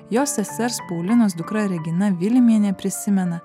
jos sesers paulinos dukra regina vilimienė prisimena